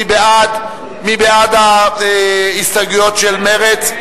מי בעד ההסתייגויות של מרצ?